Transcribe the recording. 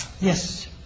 Yes